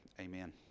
amen